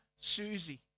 Susie